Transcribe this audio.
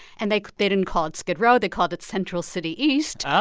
and they they didn't call it skid row. they called it central city east oh,